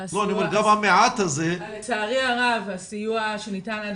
גם המעט הזה --- לצערי הרב הסיוע שניתן עד